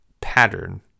pattern